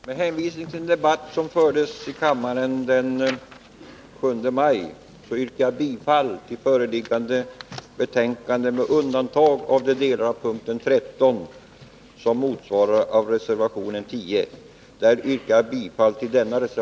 Herr talman! Med hänvisning till vad jag anförde i debatten den 28 april yrkar jag bifall till vpk-motionen 1276 i samtliga delar.